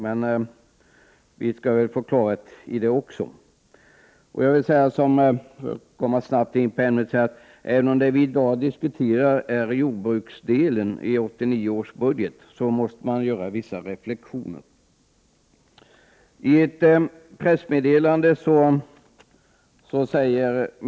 Men vi skall väl få klarhet i det också. För att snabbt komma in på ämnet, vill jag säga att även om det vi diskuterar i dag är jordbruksdelen i 1989 års budget, måste vissa reflektioner göras.